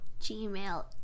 Gmail